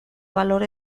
valor